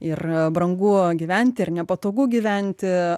ir brangu gyventi ir nepatogu gyventi